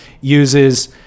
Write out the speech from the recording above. uses